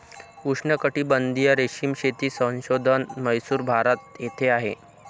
उष्णकटिबंधीय रेशीम शेती संशोधन म्हैसूर, भारत येथे आहे